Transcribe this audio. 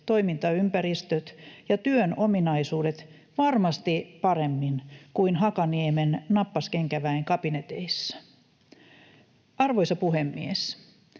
toimintaympäristöt ja työn ominaisuudet varmasti paremmin kuin Hakaniemen nappaskenkäväen kabineteissa. Arvoisa puhemies!